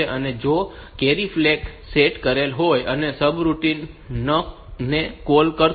તેથી જો carry flag set કરેલ હોય તો આ સબરૂટિન ને કૉલ કરશે